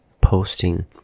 posting